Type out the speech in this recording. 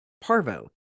Parvo